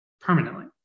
permanently